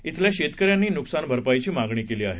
श्विल्या शेतकऱ्यांनी नुकसान भरपाईची मागणी केली आहे